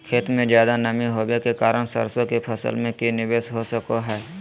खेत में ज्यादा नमी होबे के कारण सरसों की फसल में की निवेस हो सको हय?